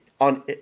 On